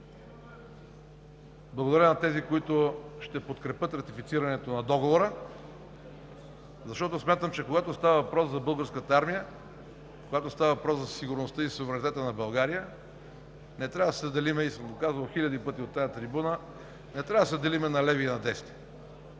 Благодаря на тези, които ще подкрепят ратифицирането на договора, защото смятам, че когато става въпрос за Българската армия, когато става въпрос за сигурността и суверенитета на България, не трябва да се делим. Казвал съм го хиляди пъти от тази трибуна: не трябва да се делим на леви и на десни.